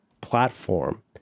platform